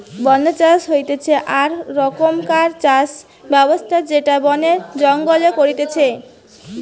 বন্য চাষ হতিছে আক রকমকার চাষ ব্যবস্থা যেটা বনে জঙ্গলে করতিছে